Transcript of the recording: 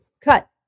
cut